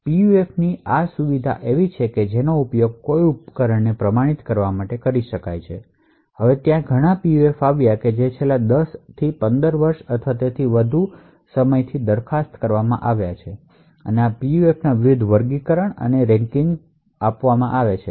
પીયુએફની આ સુવિધા એ છે કે જેનો ઉપયોગ કોઈ ઉપકરણને પ્રમાણિત કરવા માટે કરવામાં આવે છે હવે ત્યાં ઘણા પીયુએફએસ આવ્યા છે જે છેલ્લા 10 થી 15 વર્ષ અથવા તેથી વધુ દરખાસ્ત કરવામાં આવ્યા છે અને તેથી આ પીયુએફનું વિવિધ વર્ગીકરણ અને રેન્કિંગ આવે છે